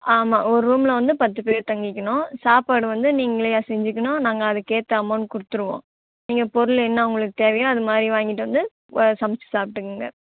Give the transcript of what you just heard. ஆமாம் ஒர் ரூம்மில் வந்து பத்து பேர் தங்கிக்கணும் சாப்பாடு வந்து நீங்களேயா செஞ்சுக்கணும் நாங்கள் அதுக்கேற்ற அமௌண்ட் கொடுத்துருவோம் நீங்கள் பொருள் என்ன உங்களுக்கு தேவையோ அதுமாதிரி வாங்கிட்டு வந்து சமைச்சி சாப்பிட்டுங்கங்க